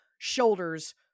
shoulders